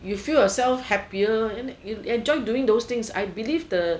you feel yourself happier and enjoy doing those things I believe the